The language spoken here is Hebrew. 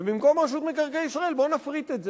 ובמקום רשות מקרקעי ישראל, בואו נפריט את זה.